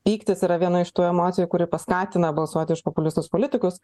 pyktis yra viena iš tų emocijų kuri paskatina balsuoti už populistus politikus